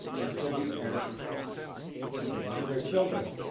and still be parents to to their children